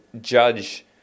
judge